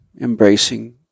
embracing